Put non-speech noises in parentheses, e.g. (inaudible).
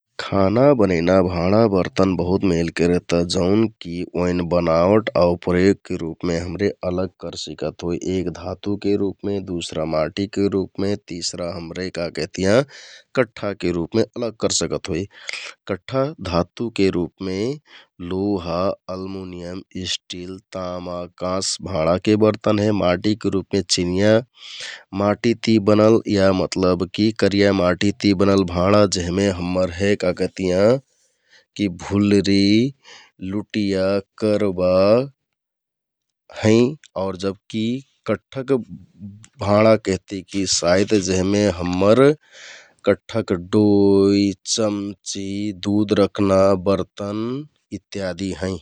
खाना बनैना भाँडा बर्तन बहुत मेलके रहता जौन कि ओइन बनावट आउर प्रयोगके रुपमे हमरे अलग करसिकत होइ । एक धातुके रुपमे, दुसरा माटिके रुपमे, तिसरा हमरे का केहतियाँ कट्ठाके रुपमे अलग करसिकत होइ । (noise) कट्ठा धातुके रुपमे लोहा, अलमोनियम, स्टिल, तामा, काँस भाँडाके बर्तन हे । माटिके रुपमे चिनियाँ माटि ति बनल या मतलब कि करिया माटिति बनल भाँडा जेहमे हम्मर हे का केहतियाँ (noise) कि भुलरि, लुटिया, करबा हैं आउर जब कि कट्ठक<hesitatioभाँडाके केहतिकि साइत जेहमे हम्मर कट्ठक डोइ, चम्चि, दुध रखना बर्तन इत्यादि हैं ।